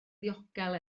ddiogel